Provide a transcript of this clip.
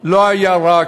לא היה רק,